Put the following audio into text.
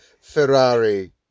Ferrari